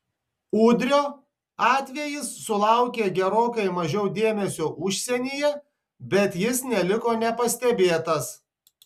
udrio atvejis sulaukė gerokai mažiau dėmesio užsienyje bet jis neliko nepastebėtas